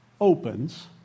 opens